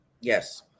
yes